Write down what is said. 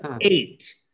eight